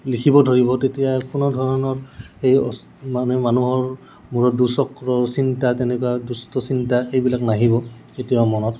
লিখিব ধৰিব তেতিয়া কোনো ধৰণৰ এই মানে মানুহৰ মূৰত দুচক্ৰ চিন্তা তেনেকুৱা দুষ্ট চিন্তা এইবিলাক নাহিব কেতিয়াও মনত